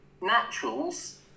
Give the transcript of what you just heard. naturals